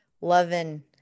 loving